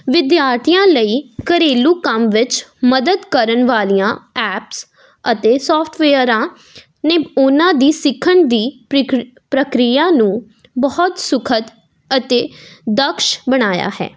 ਵਿਦਿਆਰਥੀਆਂ ਲਈ ਘਰੇਲੂ ਕੰਮ ਵਿੱਚ ਮਦਦ ਕਰਨ ਵਾਲੀਆਂ ਐੱਪਸ ਅਤੇ ਸੋਫਟਵੇਅਰਾਂ ਨੇ ਉਨ੍ਹਾਂ ਦੀ ਸਿੱਖਣ ਦੀ ਪ੍ਰੀਕੀ ਪ੍ਰਕਿਰਿਆ ਨੂੰ ਬਹੁਤ ਸੁਖਦ ਅਤੇ ਦਖਸ਼ ਬਣਾਇਆ ਹੈ